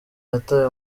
yatawe